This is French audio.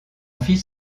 fils